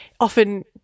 often